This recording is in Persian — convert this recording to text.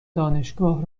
دانشگاه